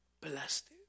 blessed